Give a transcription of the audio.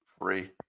free